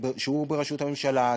והוא בראשות הממשלה,